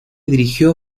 dirigió